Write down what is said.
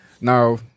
Now